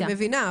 אני מבינה.